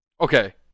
Okay